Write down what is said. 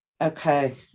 Okay